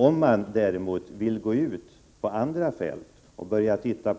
Om Ing-Marie Hansson däremot vill gå ut på andra fält och studera